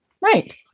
Right